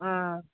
ꯑꯥ